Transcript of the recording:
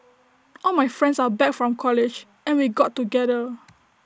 all my friends are back from college and we got together